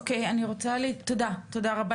אוקיי, תודה רבה.